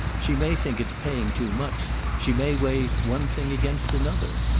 she may think it's paying too much she may weigh one thing against another.